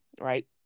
right